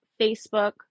Facebook